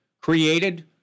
created